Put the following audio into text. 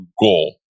goal